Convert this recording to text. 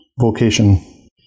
vocation